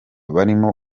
barimo